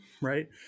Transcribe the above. right